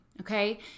Okay